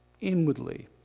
inwardly